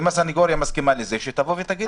אם הסנגוריה מסכימה לזה, שתבוא ותגיד.